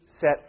set